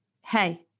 hey